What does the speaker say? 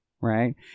right